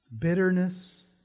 Bitterness